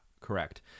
correct